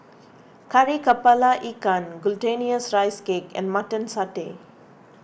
Kari Kepala Ikan Glutinous Rice Cake and Mutton Satay